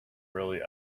really